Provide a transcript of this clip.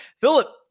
Philip